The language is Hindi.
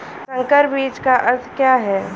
संकर बीज का अर्थ क्या है?